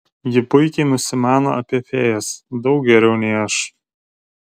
ji puikiai nusimano apie fėjas daug geriau nei aš